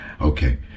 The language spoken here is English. Okay